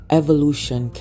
evolution